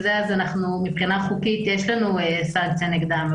אז מבחינה חוקית יש לנו סנקציה נגדם.